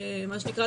מה שנקרא,